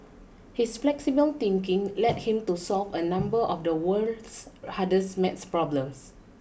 his flexible thinking led him to solve a number of the world's hardest math problems